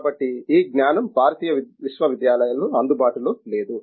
కాబట్టి ఈ జ్ఞానం భారతీయ విశ్వవిద్యాలయాలలో అందుబాటులో లేదు